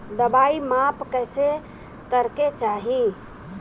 दवाई माप कैसे करेके चाही?